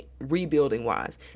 rebuilding-wise